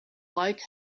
like